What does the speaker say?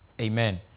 Amen